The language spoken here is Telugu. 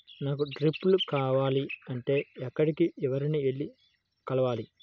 నాకు డ్రిప్లు కావాలి అంటే ఎక్కడికి, ఎవరిని వెళ్లి కలవాలి?